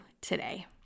today